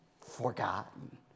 forgotten